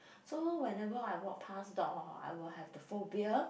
so whenever I walk pass dog hor I will have the phobia